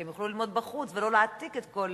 כי הם יוכלו ללמוד בחוץ ולא להעתיק את כל,